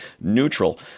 neutral